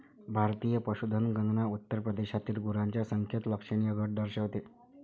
भारतीय पशुधन गणना उत्तर प्रदेशातील गुरांच्या संख्येत लक्षणीय घट दर्शवते